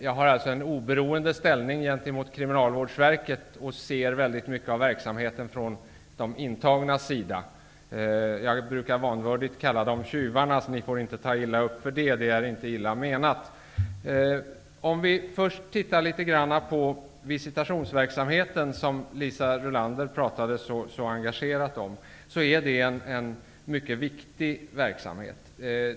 Jag har alltså en oberoende ställning gentemot Kriminalvårdsverket och ser väldigt mycket av verksamheten från de intagnas sida, som jag vanvördigt brukar kalla för tjyvarna -- ni får inte ta illa upp, för det är inte illa menat. Visitationsverksamheten, som Liisa Rulander talade mycket engagerat om, är en mycket viktig verksamhet.